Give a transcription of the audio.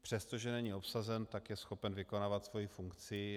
Přestože není obsazen, tak je schopen vykonávat svoji funkci.